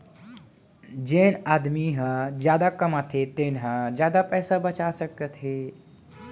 जेन आदमी ह जादा कमाथे तेन ह जादा पइसा बचा सकत हे